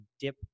dip